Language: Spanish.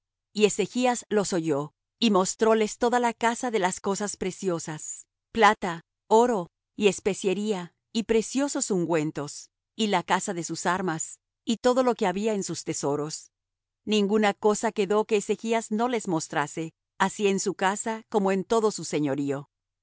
y ezechas los oyó y mostróles toda la casa de las cosas preciosas plata oro y especiería y preciosos ungüentos y la casa de sus armas y todo lo que había en sus tesoros ninguna cosa quedó que ezechas no les mostrase así en su casa como en todo su señorío